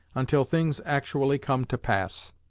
until things actually come to pass.